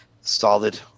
Solid